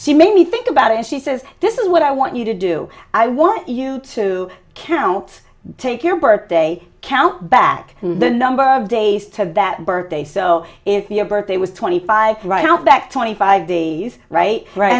she made me think about it and she says this is what i want you to do i want you to count take your birthday count back the number of days to have that birthday so is your birthday was twenty five right now back twenty five days right right